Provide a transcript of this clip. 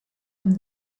him